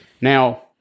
Now